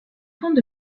fonde